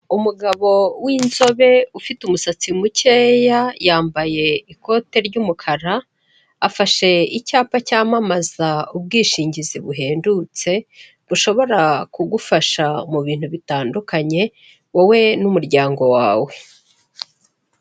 Umugabo w'inzobe ufite umusatsi mukeya yambaye ikote ry'umukara, afashe icyapa cyamamaza ubwishingizi buhendutse bushobora kugufasha mu bintu bitandukanye wowe n'umuryango wawe.